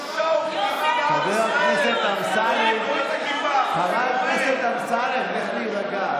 חבר הכנסת אמסלם, לך להירגע.